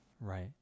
Right